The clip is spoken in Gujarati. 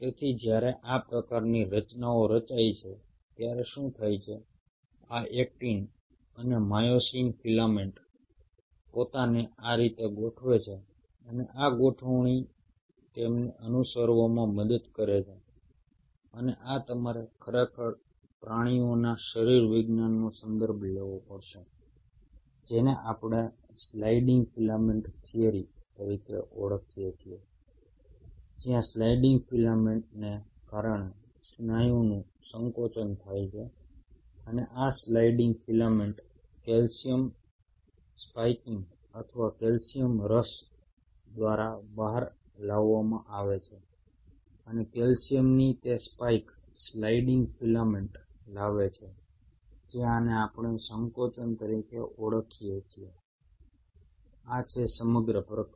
તેથી જ્યારે આ પ્રકારની રચનાઓ રચાય છે ત્યારે શું થાય છે આ એક્ટિન અને માયોસિન ફિલામેન્ટ્સ પોતાને આ રીતે ગોઠવે છે અને આ ગોઠવણી તેમને અનુસરવામાં મદદ કરે છે અને આ તમારે ખરેખર પ્રાણીઓના શરીરવિજ્ઞાનનો સંદર્ભ લેવો પડશે જેને આપણે સ્લાઇડિંગ ફિલામેન્ટ થિયરી તરીકે ઓળખીએ છીએ જ્યાં સ્લાઇડિંગ ફિલામેન્ટને કારણે સ્નાયુનું સંકોચન થાય છે અને આ સ્લાઇડિંગ ફિલામેન્ટ કેલ્શિયમ સ્પાઇકિંગ અથવા કેલ્શિયમ રશ દ્વારા બહાર લાવવામાં આવે છે અને કેલ્શિયમની તે સ્પાઇક સ્લાઇડિંગ ફિલામેન્ટ લાવે છે જ્યાં આને આપણે સંકોચન તરીકે ઓળખીએ છીએ આ છે સમગ્ર પ્રક્રિયા